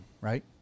right